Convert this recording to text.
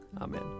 Amen